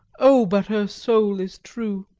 oh, but her soul is true.